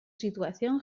situación